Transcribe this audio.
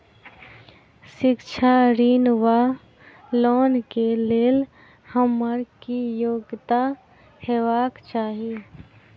शिक्षा ऋण वा लोन केँ लेल हम्मर की योग्यता हेबाक चाहि?